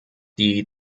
die